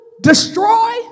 destroy